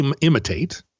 imitate